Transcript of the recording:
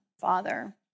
Father